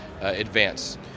advance